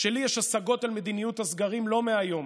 שלי יש השגות על מדיניות הסגרים לא מהיום,